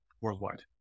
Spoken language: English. worldwide